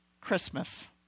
Christmas